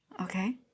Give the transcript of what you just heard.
Okay